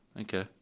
Okay